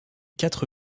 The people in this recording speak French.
quatre